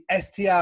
STR